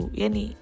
yani